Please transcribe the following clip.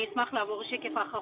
אני אשמח לעבור לשקף האחרון.